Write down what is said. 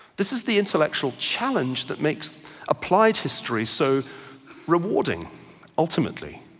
this is the intellectual challenge that makes applied history so rewarding ultimately.